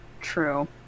True